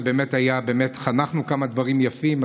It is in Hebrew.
זה באמת היה, באמת חנכנו כמה דברים יפים.